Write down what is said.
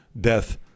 death